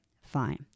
fine